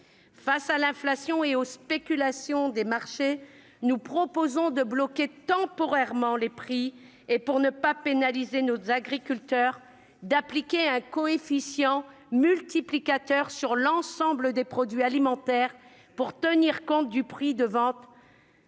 Face à l'inflation et aux spéculations des marchés, nous proposons de bloquer temporairement les prix et, pour ne pas pénaliser nos agriculteurs, d'appliquer un coefficient multiplicateur à l'ensemble des produits alimentaires, afin de tenir compte du prix de vente